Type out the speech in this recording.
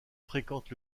fréquente